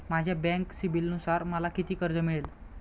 माझ्या बँक सिबिलनुसार मला किती कर्ज मिळेल?